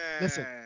Listen